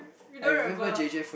you don't remember